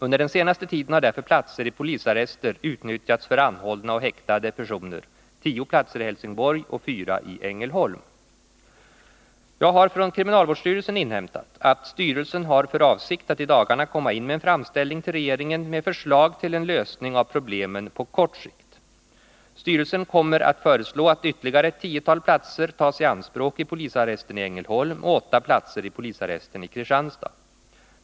Under den senaste tiden har därför platser i polisarrester utnyttjats för anhållna och häktade personer, tio platser i Helsingborg och fyra i Ängelholm. Jag har från kriminalvårdsstyrelsen inhämtat att styrelsen har för avsikt att i dagarna komma in med en framställning till regeringen med förslag till en lösning av problemen på kort sikt. Styrelsen kommer att föreslå att ytterligare ett tiotal platser tas i anspråk i polisarresten i Ängelholm och åtta platser i polisarresten i Kristianstad.